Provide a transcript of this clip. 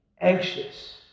anxious